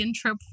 trip